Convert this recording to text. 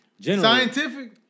scientific